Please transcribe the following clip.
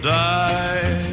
die